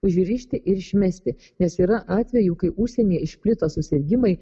užrišti ir išmesti nes yra atvejų kai užsienyje išplito susirgimai